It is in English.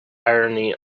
irony